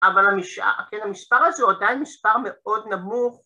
‫אבל המספר הזה ‫הוא עדיין מספר מאוד נמוך.